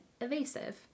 Evasive